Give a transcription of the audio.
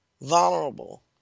vulnerable